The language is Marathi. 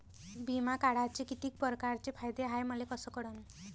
बिमा काढाचे कितीक परकारचे फायदे हाय मले कस कळन?